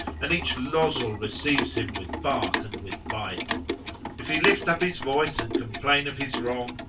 and each losel receives him with bark and with bite if he lift up his voice and complain of his wrong,